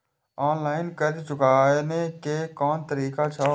Online कर्ज चुकाने के कोन तरीका छै?